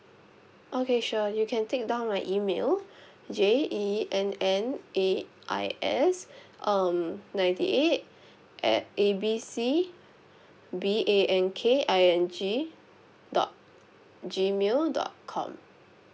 okay sure you can take down my email J E N N A I S um ninety eight at A B C B A N K I N G dot gmail dot com